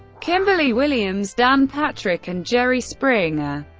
kimberly williams, dan patrick, and jerry springer.